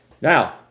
Now